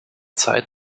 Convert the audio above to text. zeit